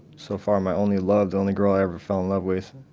so far my only love. the only girl i ever fell in love with.